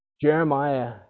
Jeremiah